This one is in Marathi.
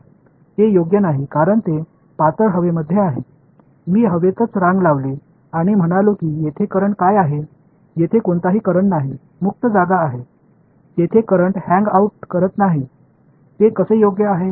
ते योग्य नाही कारण ते पातळ हवेमध्ये आहे मी हवेतच रांग लावली आणि म्हणालो की येथे करंट काय आहे येथे कोणताही करंट नाही मुक्त जागा आहे तेथे करंट हँग आउट करत नाही ते कसे योग्य आहे